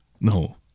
No